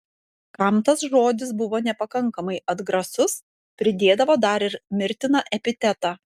kam tas žodis buvo nepakankamai atgrasus pridėdavo dar ir mirtiną epitetą